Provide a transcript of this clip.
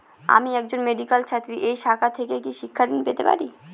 আমি একজন মেডিক্যাল ছাত্রী এই শাখা থেকে কি শিক্ষাঋণ পেতে পারি?